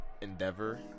Endeavor